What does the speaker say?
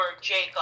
Jacob